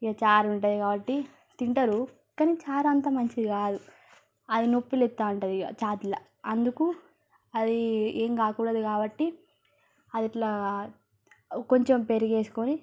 ఇక చారు ఉంటాయి కాబట్టి తింటారు కానీ చారు అంత మంచిది కాదు అది నొప్పిలేస్తూ ఉంటుంది ఇక చారులో అందుకు అది ఏం కాకూడదు కాబట్టి అది ఇట్లా కొంచెం పెరుగు వేసుకొని